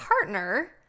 partner